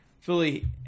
Philly